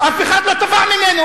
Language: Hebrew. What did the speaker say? אף אחד לא תבע ממנו.